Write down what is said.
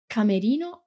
Camerino